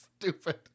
stupid